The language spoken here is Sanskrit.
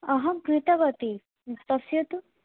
अहं कृतवती पश्यतु